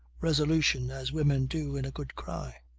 resolution, as women do, in a good cry.